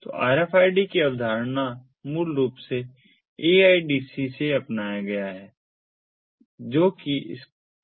तो RFID की अवधारणा को मूल रूप से AIDC से अपनाया गया है जो कि इसका पूर्ववर्ती है